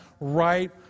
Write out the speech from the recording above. right